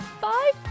Bye